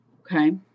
Okay